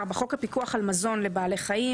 חוק34.בחוק הפיקוח על מזון לבעלי חיים,